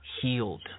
healed